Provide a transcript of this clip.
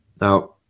Now